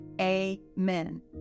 amen